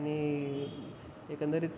आणि एकंदरीत